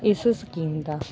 ਇਸ ਸਕੀਮ ਦਾ